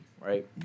right